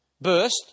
burst